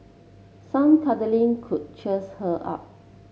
some cuddling could cheers her up